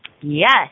Yes